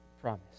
promise